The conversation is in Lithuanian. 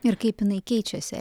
ir kaip jinai keičiasi